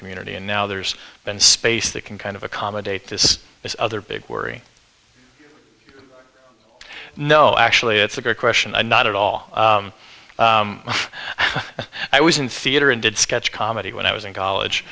community and now there's been space that can kind of accommodate this this other big worry no actually it's a great question and not at all i was in theater and did scare comedy when i was in college